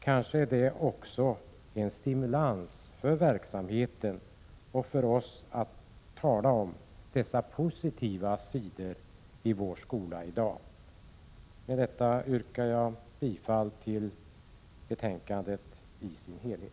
Kanske är det också en stimulans för verksamheten och för oss att tala om dessa positiva sidor i vår skola. Med detta yrkar jag bifall till utskottets hemställan i dess helhet.